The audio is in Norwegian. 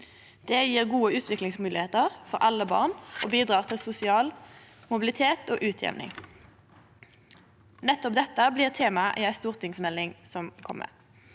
Det gjev gode utviklingsmoglegheiter for alle barn og bidrar til sosial mobilitet og utjamning. Nettopp dette blir temaet i ei stortingsmelding som kjem.